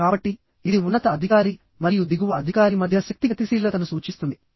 కాబట్టి ఇది ఉన్నత అధికారి మరియు దిగువ అధికారి మధ్య శక్తి గతిశీలతను సూచిస్తుంది